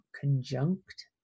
conjunct